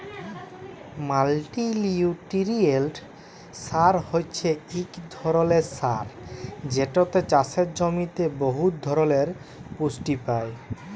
মাল্টিলিউটিরিয়েল্ট সার হছে ইক ধরলের সার যেটতে চাষের জমিতে বহুত ধরলের পুষ্টি পায়